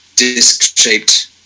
disc-shaped